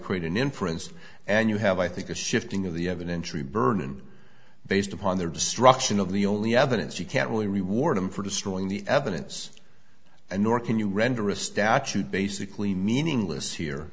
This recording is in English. create an inference and you have i think a shifting of the evan entry burden based upon their destruction of the only evidence you can't really reward them for destroying the evidence and nor can you render a statute basically meaningless here